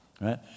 right